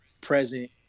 present